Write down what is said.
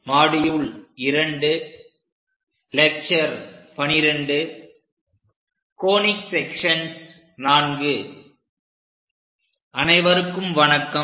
conic sections IV அனைவருக்கும் வணக்கம்